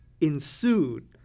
ensued